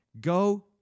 Go